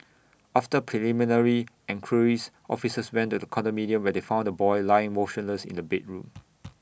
after preliminary enquiries officers went to the condominium where they found the boy lying motionless in A bedroom